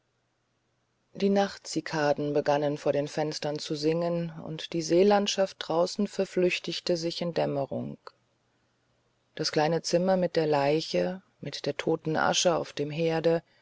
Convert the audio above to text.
die nachtzikaden begannen vor den fenstern zu singen und die seelandschaft draußen verflüchtigte sich in dämmerung das kleine zimmer mit der leiche mit der toten asche auf dem herde